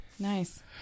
Nice